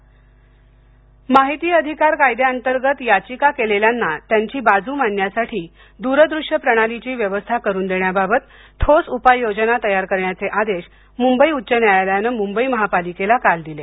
मुंबई उच्च न्यायालय माहिती अधिकार कायद्याअंतर्गत याचिका केलेल्यांना त्यांची बाजू मांडण्यासाठी दूर दृश्य प्रणालीची व्यवस्था करून देण्याबाबत ठोस उपाय योजना तयार करण्याचे आदेश मुंबई उच्च न्यायालयानं मुंबई महापालिकेला काल दिले